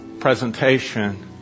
presentation